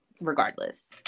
regardless